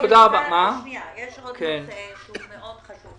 יש עוד נושא מאוד חשוב.